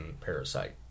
parasite